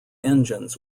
engines